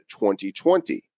2020